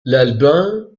l’album